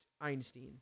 Einstein